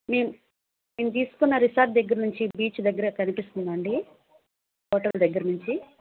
మేము మేము తీసుకున్న రిసార్ట్ దగ్గర నుంచి బీచ్ దగ్గరగా కనిపిస్తుందా అండి హోటల్ దగ్గర నుంచి